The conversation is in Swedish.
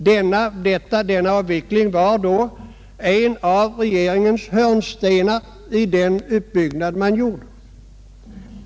Denna avveckling var då en av hörnstenarna i det system regeringen förordade.